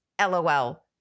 LOL